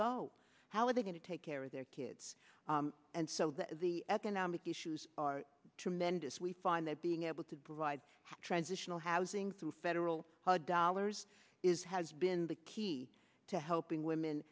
go how are they going to take care of their kids and so that the economic issues are tremendous we find that being able to provide transitional housing through federal dollars is has been the key to helping women